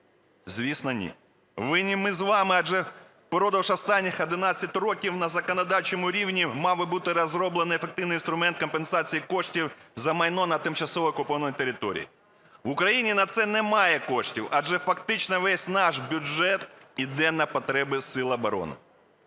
Звісно, ні. Винні ми з вами, адже впродовж останніх 11 років на законодавчому рівні мав би бути розроблений ефективний інструмент компенсації коштів за майно на тимчасово окупованій території. В Україні на це немає коштів, адже фактично весь наш бюджет іде на потреби сил оборони.